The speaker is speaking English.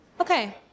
Okay